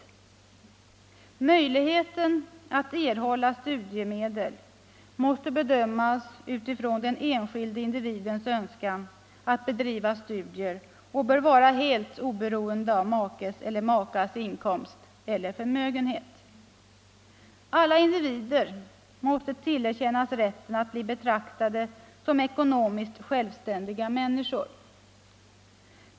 Bedömningen av möjligheten att erhålla studiemedel måste utgå från den enskilde individens önskan att bedriva studier och bör vara helt oberoende av makes eller makas inkomst eller förmögenhet. Alla individer måste tillerkännas rätten att bli betraktade som ekonomiskt självständiga människor.